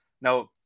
Now